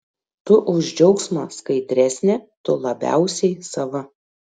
tu už džiaugsmą skaidresnė tu labiausiai sava